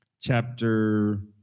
chapter